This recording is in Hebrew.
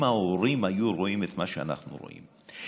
אם ההורים היו רואים את מה שאנחנו רואים,